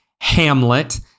Hamlet